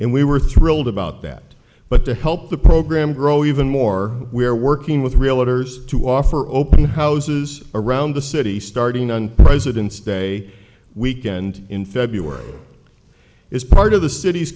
and we were thrilled about that but to help the program grow even more we are working with realtors to offer open houses around the city starting on presidents day weekend in february is part of the cit